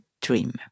dream